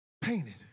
painted